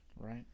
Right